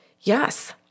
Yes